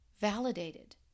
Validated